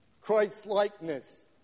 Christ-likeness